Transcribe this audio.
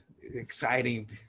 exciting